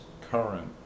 current